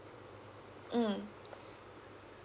mm